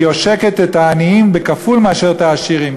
עושקת את העניים כפול מאשר את העשירים,